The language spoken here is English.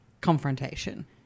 confrontation